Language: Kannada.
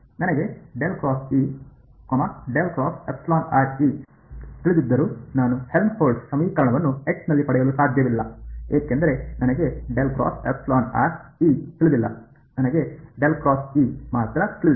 ನನಗೆ ತಿಳಿದಿದ್ದರೂ ನಾನು ಹೆಲ್ಮ್ಹೋಲ್ಟ್ಜ್ ಸಮೀಕರಣವನ್ನು ದಲ್ಲಿ ಪಡೆಯಲು ಸಾಧ್ಯವಿಲ್ಲ ಏಕೆಂದರೆ ನನಗೆ ತಿಳಿದಿಲ್ಲ ನನಗೆ ಮಾತ್ರ ತಿಳಿದಿದೆ